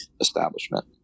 establishment